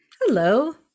Hello